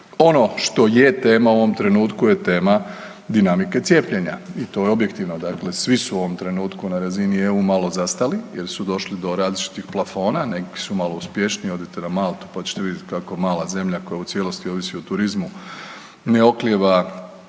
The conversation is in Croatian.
Ono što je tema u ovom trenutku je tema dinamike cijepljenja i to je objektivno, dakle svi su u ovom trenutku na razini EU malo zastali jer su došli do različitih plafona, neki su malo uspješniji. Odite na Maltu, pa ćete vidjet kako mala zemlja koja u cijelosti ovisi o turizmu ne oklijeva